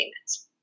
payments